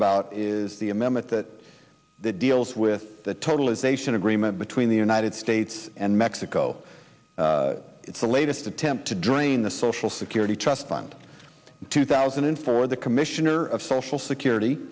about is the amendment that deals with the totalization agreement between the united states and mexico it's the latest attempt to drain the social security trust fund two thousand and four the commissioner of social security